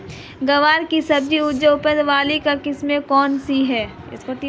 ग्वार की सबसे उच्च उपज वाली किस्म कौनसी है?